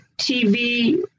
TV